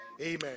amen